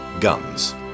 guns